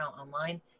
online